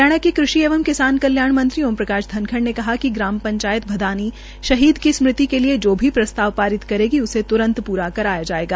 हरियाणा के कृषि एवं किसान कल्याण मंत्री ओमप्रकाश धनखड़ ने कहा कि ग्राम पंचायत भदानी शहीद की स्मृति के लिए जो भी प्रस्ताव पारित करेगी उसे त्रंत पूरा कराया जाएगा